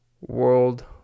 world